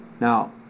Now